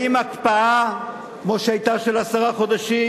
האם הקפאה, כמו שהיתה, של עשרה חודשים,